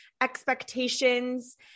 expectations